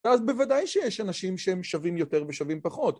אז בוודאי שיש אנשים שהם שווים יותר ושווים פחות.